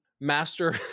master